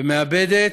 ומאבדת,